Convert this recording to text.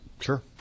Sure